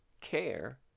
care